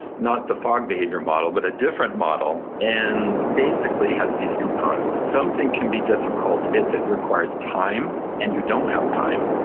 not the fogg behavior model, but a different model, and it basically has these components. something can be difficult if it requires time and you don't have time,